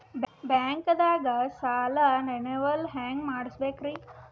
ಬ್ಯಾಂಕ್ದಾಗ ಸಾಲ ರೇನೆವಲ್ ಹೆಂಗ್ ಮಾಡ್ಸಬೇಕರಿ?